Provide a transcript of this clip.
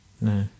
No